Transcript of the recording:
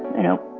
you know,